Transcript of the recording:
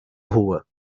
rua